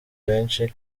benshi